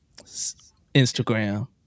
Instagram